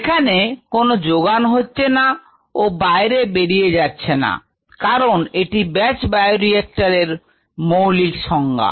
এখানে কোন যোগান হচ্ছে না ও বাইরে বেরিয়ে যাচ্ছে না কারণ এটি ব্যাচ বায়োরিএক্টর এর মৌলিক সংজ্ঞা